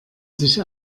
sich